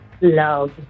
Love